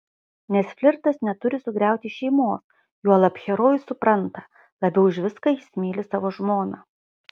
nes flirtas neturi sugriauti šeimos juolab herojus supranta labiau už viską jis myli savo žmoną